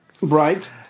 Right